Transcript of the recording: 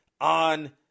on